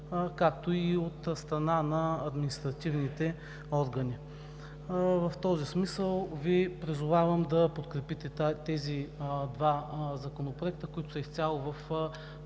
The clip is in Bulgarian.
както и от страна на административните органи. В този смисъл Ви призовавам да подкрепите тези два законопроекта, които са изцяло в